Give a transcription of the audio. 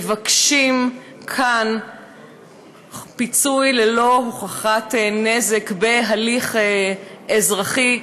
מבקשים כאן פיצוי ללא הוכחת נזק בהליך אזרחי,